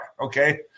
okay